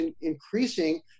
increasing